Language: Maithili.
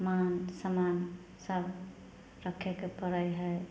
मान सम्मान सब रखेके पड़ै हइ